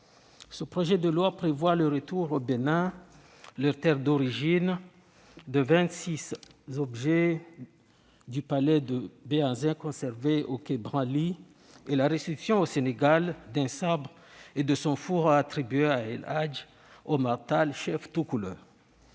ce projet de loi prévoit le retour au Bénin, leur terre d'origine, de vingt-six objets du palais de Béhanzin conservés au musée du quai Branly et la restitution au Sénégal d'un sabre et de son fourreau attribués à El Hadj Omar Tall, chef toucouleur.